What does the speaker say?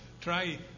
try